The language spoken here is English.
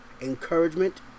encouragement